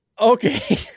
okay